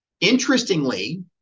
Interestingly